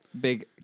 big